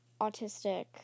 autistic